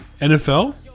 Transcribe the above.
NFL